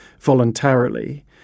voluntarily